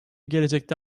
gelecekte